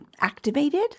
activated